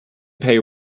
pay